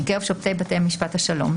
מקרב שופטי בתי משפט השלום,